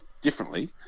differently